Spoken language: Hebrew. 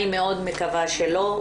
אני מאוד מקווה שלא,